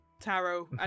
Taro